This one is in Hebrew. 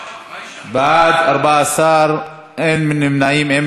בעד, 14, אין נמנעים, אין מתנגדים.